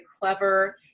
clever